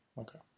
Okay